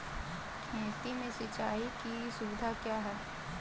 खेती में सिंचाई की सुविधा क्या है?